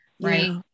Right